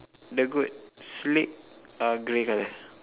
the goat's leg are grey colour